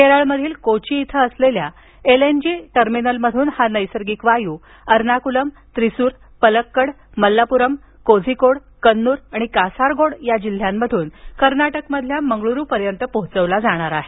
केरळमधील कोची इथं असलेल्या एल एन जी टर्मिनलमधून हा नैसर्गिक वायू अर्नाकुलम त्रिसूर पलक्कड मल्लापुराम कोझिकोडकन्नूर आणि कासारगोड जिल्ह्यांमधून कर्नाटकमधील मंगळूरू पर्यंत पोहोचविला जाणार आहे